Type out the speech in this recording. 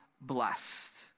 blessed